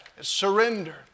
Surrender